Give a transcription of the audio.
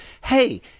Hey